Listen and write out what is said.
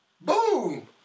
boom